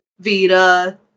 Vita